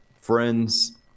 friends